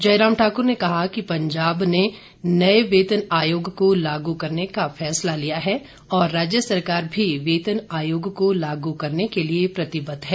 जयराम ठाकुर ने कहा कि पंजाब ने नए वेतन आयोग को लागू करने का फैसला लिया है और राज्य सरकार भी वेतन आयोग को लागू करने के लिए प्रतिबद्ध है